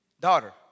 daughter